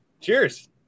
Cheers